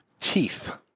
teeth